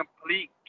complete